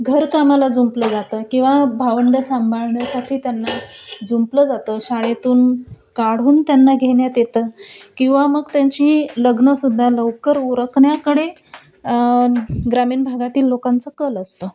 घरकामाला जुंपलं जातं किंवा भावंड सांभाळण्यासाठी त्यांना जुंपलं जातं शाळेतून काढून त्यांना घेण्यात येतं किंवा मग त्यांची लग्नसुद्धा लवकर उरकण्याकडे ग्रामीण भागातील लोकांचां कल असतो